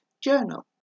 journal